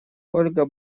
ольга